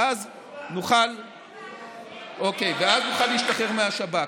ואז נוכל להשתחרר מהשב"כ.